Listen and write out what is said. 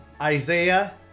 Isaiah